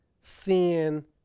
Sin